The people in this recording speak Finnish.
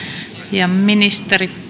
ja ministerit